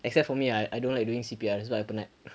except for me I I don't like doing C_P_R so I penat